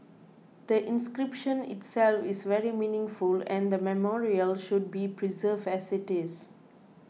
the inscription itself is very meaningful and the memorial should be preserved as it is